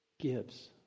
gives